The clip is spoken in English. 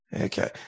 Okay